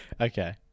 Okay